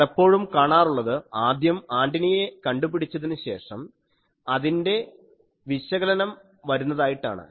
പലപ്പോഴും കാണപ്പെടാറുള്ളത് ആദ്യം ആൻറിനയെ കണ്ടു പിടിച്ചതിനു ശേഷം അതിൻറെ വിശകലനം വരുന്നതായിട്ടാണ്